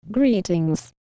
Greetings